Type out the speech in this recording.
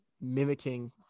mimicking